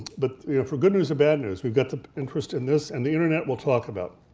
but for good news and bad news, we've got the interest in this and the internet will talk about